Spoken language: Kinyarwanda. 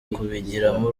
kubigiramo